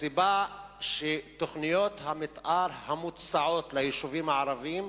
הסיבה היא שתוכניות המיתאר המוצעות ליישובים הערביים,